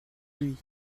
lui